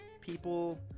people